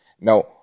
Now